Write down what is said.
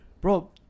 bro